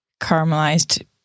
caramelized